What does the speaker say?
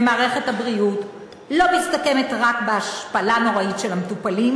במערכת הבריאות לא מסתכמת רק בהשפלה נוראית של המטופלים,